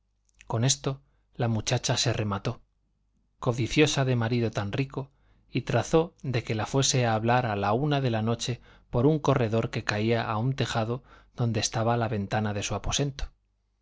con esto la muchacha se remató codiciosa de marido tan rico y trazó de que la fuese a hablar a la una de la noche por un corredor que caía a un tejado donde estaba la ventana de su aposento